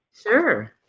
Sure